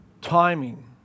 Timing